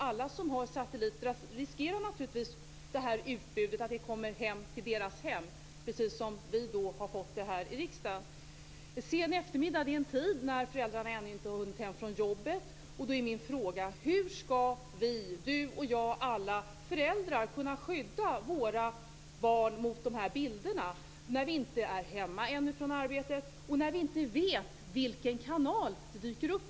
Alla som har satellit-TV riskerar naturligtvis att det här utbudet kommer till deras hem, precis som vi har fått det här i riksdagen. Sen eftermiddag är en tid då föräldrarna ännu inte hunnit hem från jobbet. Då är min fråga: Hur skall vi - du, jag och alla föräldrar - kunna skydda våra barn mot dessa bilder, när vi inte hunnit hem från arbetet och när vi inte vet i vilken kanal det dyker upp?